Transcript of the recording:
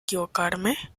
equivocarme